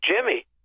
Jimmy